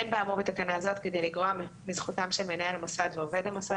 אין באמור בתקנה זאת כדי לגרוע מזכותם של מנהל מוסד ועובד המוסד